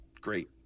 great